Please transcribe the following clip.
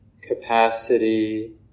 capacity